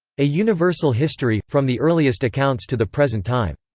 a universal history from the earliest accounts to the present time.